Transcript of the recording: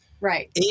Right